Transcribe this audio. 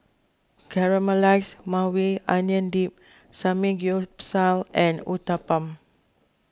Caramelized Maui Onion Dip Samgyeopsal and Uthapam